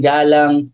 Galang